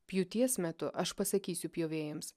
pjūties metu aš pasakysiu pjovėjams